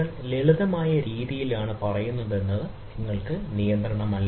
നിങ്ങൾ ലളിതമായ രീതിയിലാണ് പറയുന്നതെന്ന് നിങ്ങൾക്ക് നിയന്ത്രണമില്ല